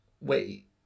Wait